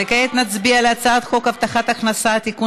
וכעת נצביע על הצעת חוק הבטחת הכנסה (תיקון